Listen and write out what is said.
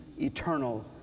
eternal